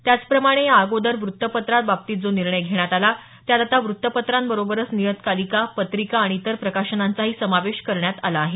त्याचप्रमाणे या अगोदर व्ततपत्रांत बाबतीत जो निर्णय घेण्यात आला त्यात आता व्ततपत्रांबरोबरच नियतकालिका पत्रिका आणि इतर प्रकाशनांचाही समावेश करण्यात आला आहे